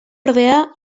ordea